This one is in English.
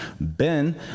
Ben